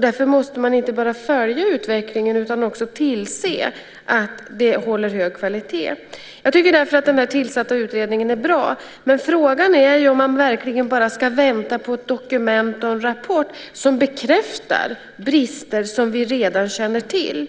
Därför måste man inte bara följa utvecklingen utan också tillse att man håller hög kvalitet. Jag tycker därför att den tillsatta utredningen är bra. Men frågan är ju om man verkligen bara ska vänta på ett dokument och en rapport som bekräftar brister som vi redan känner till.